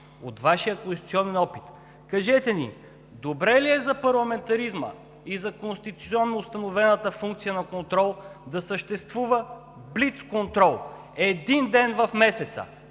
от Вашия конституционен опит. Кажете ни: добре ли е за парламентаризма и за конституционно установената функция на контрол да съществува блицконтрол един ден в месеца,